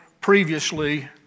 previously